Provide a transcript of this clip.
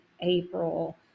April